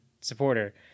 supporter